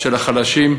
של החלשים,